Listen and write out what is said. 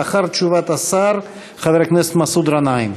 לאחר תשובת השר, חבר הכנסת מסעוד גנאים.